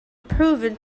proven